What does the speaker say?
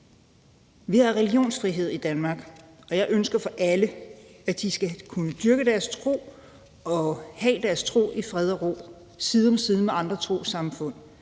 Vi har religionsfrihed i Danmark, og jeg ønsker for alle, at de skal kunne dyrke deres tro og have deres tro i fred og ro side om side med andre trossamfund,